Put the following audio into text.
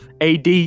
AD